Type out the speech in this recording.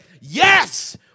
yes